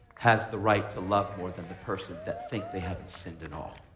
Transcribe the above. has the right to love more than the person that thinks they haven't sinned at all.